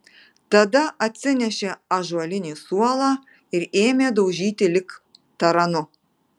tada atsinešė ąžuolinį suolą ir ėmė daužyti lyg taranu